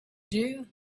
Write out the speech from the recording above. due